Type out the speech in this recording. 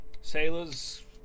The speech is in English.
sailors